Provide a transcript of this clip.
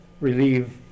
relieve